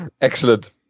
Excellent